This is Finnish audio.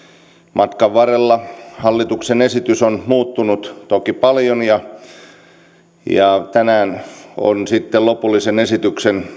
matkan varrella hallituksen esitys on muuttunut toki paljon ja tänään on sitten lopullisen esityksen